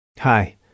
Hi